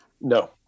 no